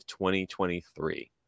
2023